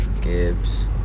Gibbs